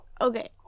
Okay